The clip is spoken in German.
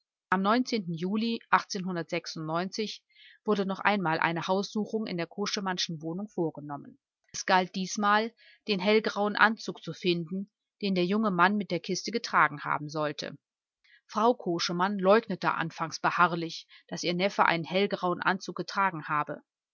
am juli wurde noch einmal eine haussuchung in der koschemannschen wohnung vorgenommen es galt diesmal den hellgrauen anzug zu finden den der junge mann mit der kiste getragen haben sollte frau koschemann leugnete anfangs beharrlich daß ihr neffe einen hellgrauen anzug getragen habe